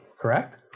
correct